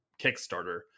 kickstarter